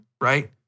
right